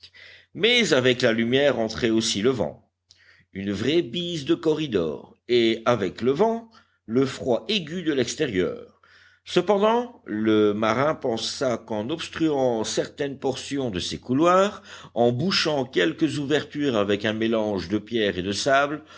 mais avec la lumière entrait aussi le vent une vraie bise de corridors et avec le vent le froid aigu de l'extérieur cependant le marin pensa qu'en obstruant certaines portions de ces couloirs en bouchant quelques ouvertures avec un mélange de pierres et de sable